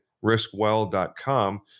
Riskwell.com